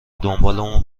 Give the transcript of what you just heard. دنبالمون